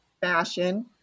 fashion